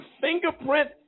fingerprint